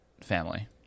family